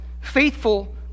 faithful